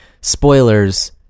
Spoilers